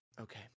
Okay